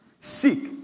Seek